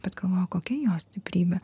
bet galvoju kokia jos stiprybė